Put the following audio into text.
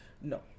No